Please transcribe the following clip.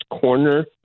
corner